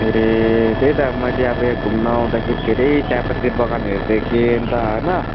ए त्यही त मैले अब यहाँ घुम्नु आउँदाखेरि धेरै चिया पत्ती बगानहरू देखेँ अन्त होइन